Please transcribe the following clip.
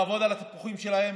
לעבוד על התפוחים שלהם.